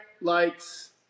likes